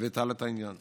תנווט הלאה את העניין.